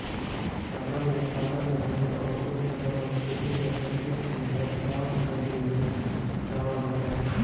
गन्ना में तना बेधक और अंकुर बेधक और चोटी बेधक कीट से बचाव कालिए दवा बताई?